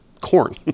corn